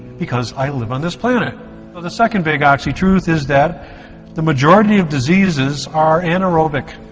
because i live on this planet but the second big, oxy truth is that the majority of diseases are anaerobic